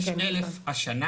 יש 1,000 השנה.